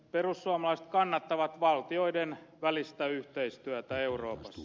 perussuomalaiset kannattavat valtioiden välistä yhteistyötä euroopassa